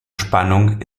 spannung